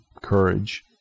courage